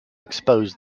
expose